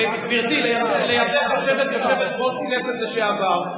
גברתי, לידך יושבת יושבת-ראש הכנסת לשעבר.